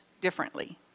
differently